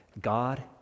God